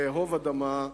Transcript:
לאהוב אדמה,